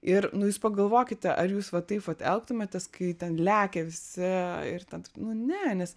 ir nu jūs pagalvokite ar jūs va taip vat elgtumėtės kai ten lekia visi ir ten taip nu ne nes